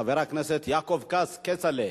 חבר הכנסת יעקב כץ, כצל'ה,